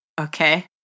Okay